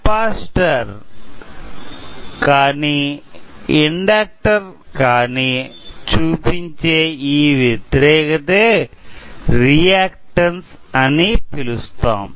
capacitor కాని inductor కాని చూపించే ఈ వ్యతిరేకతే రియాక్టన్స్ అని పిలుస్తాం